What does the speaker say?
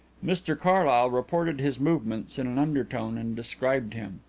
mr carlyle reported his movements in an undertone and described him.